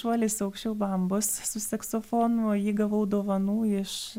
šuolis aukščiau bambos su saksofonu jį gavau dovanų iš